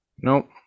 Nope